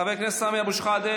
חבר הכנסת סמי אבו שחאדה,